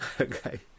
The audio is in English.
Okay